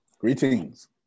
greetings